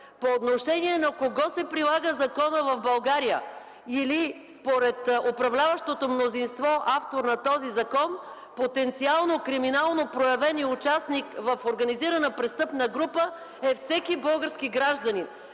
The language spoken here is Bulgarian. По отношение на кого се прилага законът в България? Или според управляващото мнозинство, автор на този закон, потенциално, криминално проявеният участник в организирана престъпна група, е всеки български гражданин.